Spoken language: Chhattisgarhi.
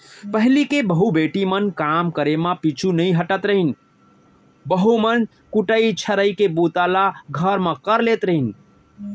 पहिली के बहू बेटी मन काम करे म पीछू नइ हटत रहिन, बहू मन कुटई छरई के बूता ल घर म कर लेत रहिन